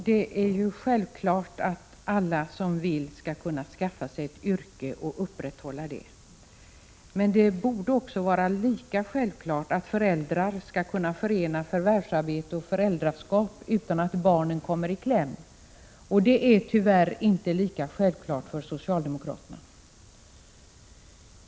Herr talman! Det är självklart att alla som vill skall kunna skaffa sig ett yrke och upprätthålla det. Det borde vara lika självklart att föräldrarna skall kunna förena förvärvsarbete och föräldraskap utan att barnen kommer i kläm. Detta är tyvärr inte lika självklart för socialdemokraterna.